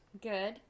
Good